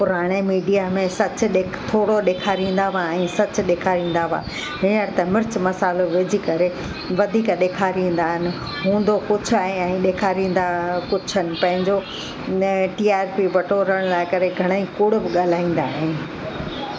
पुराणे मीडिया में सच ॾे थोरो ॾेखारींदा हुआ ऐं सच ॾेखारींदा हुआ हींअर त मिर्चु मसाल्हो विझी करे वधीक ॾेखारींदा आहिनि हूंदो कुझु आहे ऐं ॾेखारींदा कुझु आहिनि पंहिंजो न टी आर पी बटोरण लाइ घणई कूड़ बि ॻाल्हाईंदा आहिनि